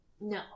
No